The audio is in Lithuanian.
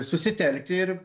susitelkti ir